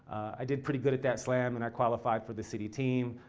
i did pretty good at that slam and i qualified for the city team.